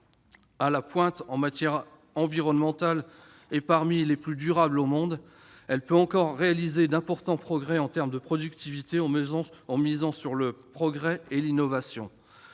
à la pointe en matière environnementale et figure parmi les plus durables au monde, elle peut encore réaliser d'importants progrès en termes de productivité, en misant sur l'innovation.